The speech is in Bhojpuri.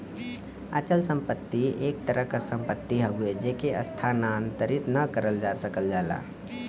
अचल संपत्ति एक तरह क सम्पति हउवे जेके स्थानांतरित न करल जा सकल जाला